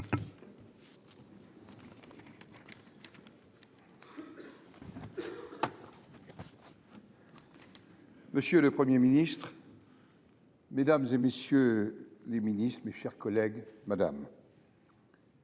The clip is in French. Monsieur le Premier ministre, mesdames, messieurs les ministres, mes chers collègues, c’est